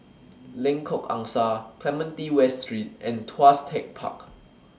Lengkok Angsa Clementi West Street and Tuas Tech Park